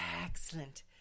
Excellent